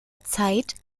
zeit